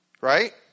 right